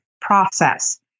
process